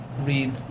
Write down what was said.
read